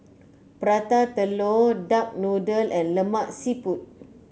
Prata Telur Duck Noodle and Lemak Siput